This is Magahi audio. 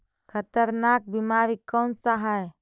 खतरनाक बीमारी कौन सा है?